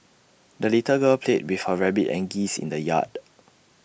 the little girl played with her rabbit and geese in the yard